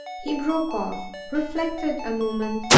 he broke off, reflected a moment,